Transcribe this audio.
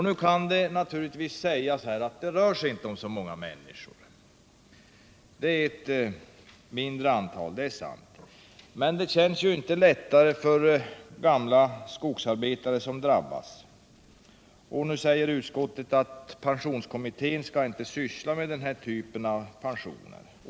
Nu kan det naturligtvis sägas att det inte rör sig om så många människor. Och det är sant. Men det känns ju inte lättare för de gamla skogsarbetare som drabbas. Utskottet säger att pensionskommittén inte skall syssla med den här typen av pensioner.